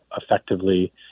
effectively